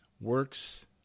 Works